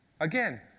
again